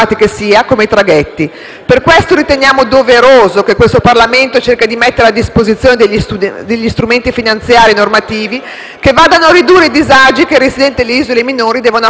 pertanto doveroso che questo Parlamento cerchi di mettere a disposizione strumenti finanziari e normativi che riducano i disagi che i residenti delle isole minori devono affrontare quotidianamente.